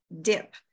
dip